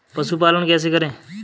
पशुपालन कैसे करें?